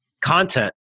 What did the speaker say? content